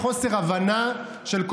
שלוש דקות, אדוני.